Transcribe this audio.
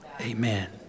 Amen